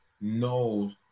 knows